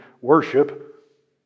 worship